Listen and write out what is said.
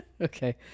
Okay